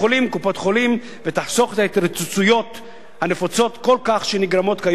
וקופות-החולים ותחסוך את ההתרוצצויות הנפוצות כל כך שנגרמות כיום?